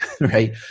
right